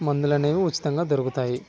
మందులు అనేవి ఉచితంగా దొరుకుతాయి